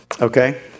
Okay